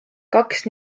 kaks